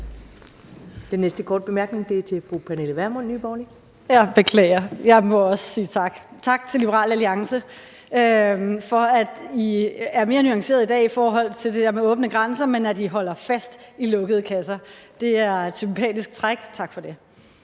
Nye Borgerlige. Kl. 15:00 Pernille Vermund (NB): Jeg beklager, jeg må også sige tak. Tak til Liberal Alliance for, at I er mere nuancerede i dag i forhold til det der med åbne grænser, og at I holder fast i lukkede kasser. Det er et sympatisk træk. Tak for det.